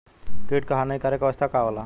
कीट क हानिकारक अवस्था का होला?